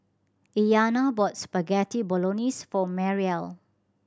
Iyana bought Spaghetti Bolognese for Mariel